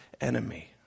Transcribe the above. enemy